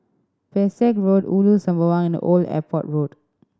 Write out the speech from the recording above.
Pesek Road Ulu Sembawang and Old Airport Road